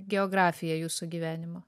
geografija jūsų gyvenimo